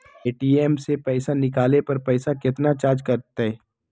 ATM से पईसा निकाले पर पईसा केतना चार्ज कटतई?